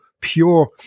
pure